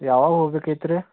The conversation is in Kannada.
ಯಾವಾಗ ಹೊಗ್ಬೇಕಿತ್ತು ರೀ